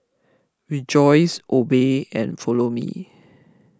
rejoice obey and Follow Me